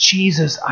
Jesus